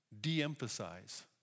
de-emphasize